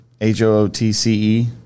H-O-O-T-C-E